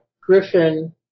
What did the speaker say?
Griffin